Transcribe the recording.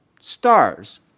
stars